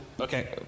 Okay